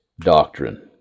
doctrine